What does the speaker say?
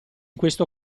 questo